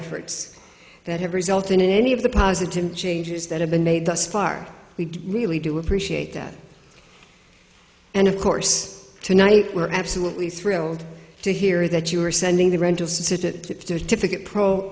efforts that have resulted in any of the positive changes that have been made thus far we really do appreciate that and of course tonight we're absolutely thrilled to hear that you are sending the rental